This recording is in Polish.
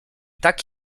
tak